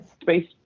space